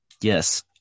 Yes